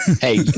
Hey